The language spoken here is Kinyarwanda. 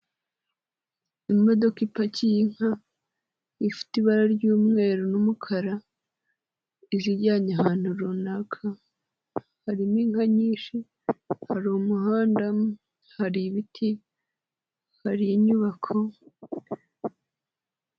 Imodoka ipakiye inka, ifite ibara ry'umweru n'umukara, izijyanye ahantu runaka, harimo inka nyinshi, hari umuhanda, hari ibiti, hari inyubako.